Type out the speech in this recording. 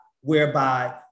whereby